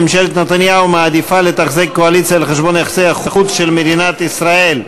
ממשלת נתניהו מעדיפה לתחזק קואליציה על חשבון יחסי החוץ של מדינת ישראל.